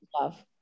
love